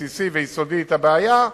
בסיסי ויסודי את הבעיה.